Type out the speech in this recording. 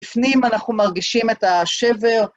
בפנים אנחנו מרגישים את השבר.